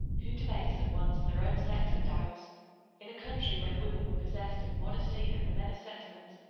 who debase at once their own sex and ours in a country where the women were possessed of modesty, and the men of sentiment,